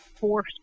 force